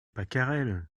pacarel